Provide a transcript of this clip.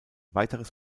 weiteres